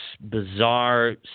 bizarre